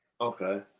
Okay